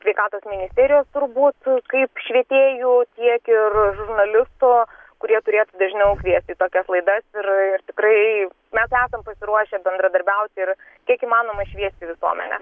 sveikatos ministerijos turbūt kaip švietėjų tiek ir žurnalistų kurie turėtų dažniau kviesti į tokias laidas ir ir tikrai mes esam pasiruošę bendradarbiauti ir kiek įmanoma šviesti visuomenę